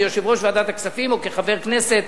כיושב-ראש ועדת הכספים או כחבר כנסת,